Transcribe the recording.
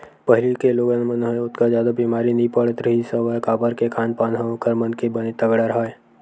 पहिली के लोगन मन ह ओतका जादा बेमारी नइ पड़त रिहिस हवय काबर के खान पान ह ओखर मन के बने तगड़ा राहय